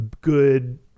good